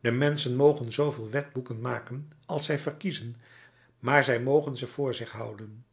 de menschen mogen zooveel wetboeken maken als zij verkiezen maar zij mogen ze voor zich houden